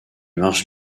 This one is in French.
marche